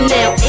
Now